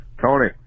Tony